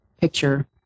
picture